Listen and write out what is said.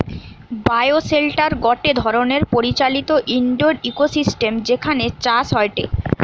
bioshelter গটে ধরণের পরিচালিত ইন্ডোর ইকোসিস্টেম যেখানে চাষ হয়টে